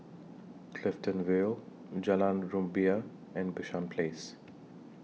Clifton Vale Jalan Rumbia and Bishan Place